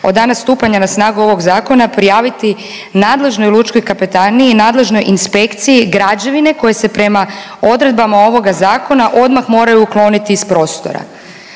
od dana stupanja na snagu ovog zakona prijaviti nadležnoj lučkoj kapetaniji, nadležnoj inspekciji građevine koje se prema odredbama ovoga zakona odmah moraju ukloniti iz prostora.